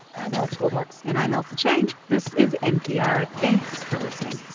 i'm alex goldmark and i'm ailsa chang. this is npr. thanks for listening